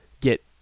get